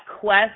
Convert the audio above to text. quest